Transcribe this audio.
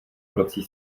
vrací